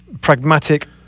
pragmatic